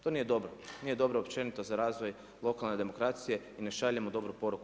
To nije dobro, nije dobro općenito za razvoj lokalne demokracije, i ne šaljemo dobru poruku